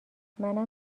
منم